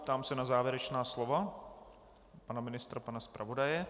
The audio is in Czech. Ptám se na závěrečná slova pana ministra, pana zpravodaje.